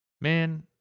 man